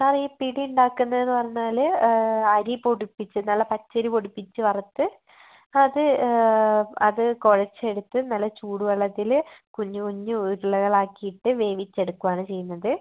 sir ഈ പിടി ഉണ്ടാക്കുന്നതെന്ന് പറഞ്ഞാൽ അരി പൊടിപ്പിച്ച് നല്ല പച്ചരി പൊടിപ്പിച്ച് വറുത്ത് അത് അത് കുഴച്ച് എടുത്ത് നല്ല ചൂട് വെള്ളത്തിൽ കുഞ്ഞ് കുഞ്ഞ് ഉരുളകൾ ആക്കീട്ട് വേവിച്ച് എടുക്കുവാണ് ചെയ്യുന്നത്